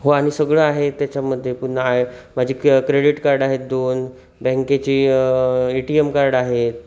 हो आणि सगळं आहे त्याच्यामध्ये पुन्हा आहे माझी क्रेडीट कार्ड आहेत दोन बँकेची ए टी एम कार्ड आहेत